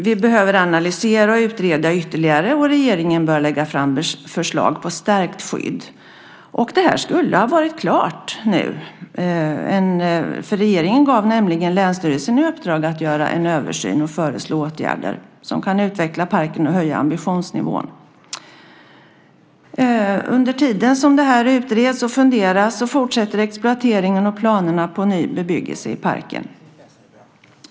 Vi behöver analysera och utreda ytterligare, och regeringen bör lägga fram förslag om stärkt skydd. Det här skulle ha varit klart nu, för regeringen har gett länsstyrelsen i uppdrag att göra en översyn och föreslå åtgärder som kan utveckla parken och höja ambitionsnivån. Under tiden som det utreds och funderas fortsätter exploateringen och planerna på ny bebyggelse i parken.